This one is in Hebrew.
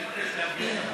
אני מבקש להבהיר,